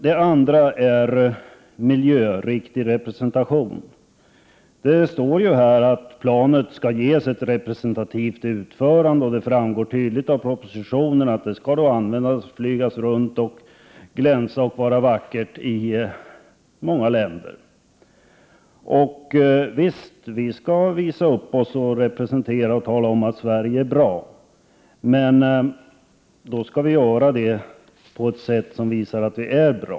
Det andra skälet mot detta förslag är miljöriktig representation. Det står i förslaget att planet skall ges ett representativt utförande. Det framgår tydligt av propositionen att planet skall användas, flygas runt, glänsa och vara vackert i många länder. Visst skall vi visa upp oss och representera och tala om att Sverige är bra. Men då skall vi göra det på ett sätt som visar att vi är bra.